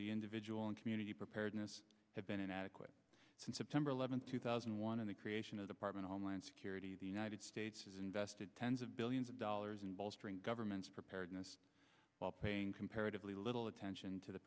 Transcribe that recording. the individual and community preparedness have been inadequate since september eleventh two thousand and one in the creation of department homeland security the united states has invested tens of billions of dollars in bolstering governments preparedness while paying comparatively little attention t